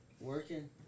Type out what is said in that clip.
working